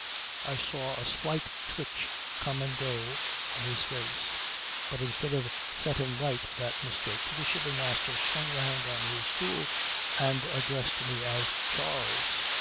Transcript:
i saw a slight twitch come and go on his face but instead of setting right that mistake the shipping master swung round on his stool and addressed me as charles.